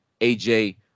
AJ